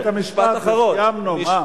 סיים את המשפט וסיימנו, מה?